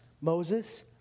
Moses